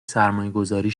سرمایهگذاری